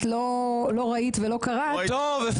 את לא ראית ולא קראת --- טוב,